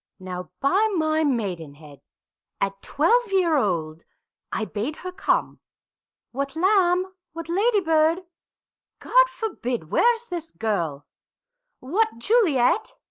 now, by my maidenhea at twelve year old i bade her come what, lamb! what ladybird god forbid where's this girl what, juliet!